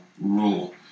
rule